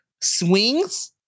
swings